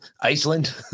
Iceland